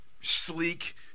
sleek